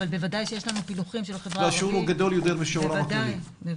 אבל ודאי שיש לנו פילוחים של החברה הערבית.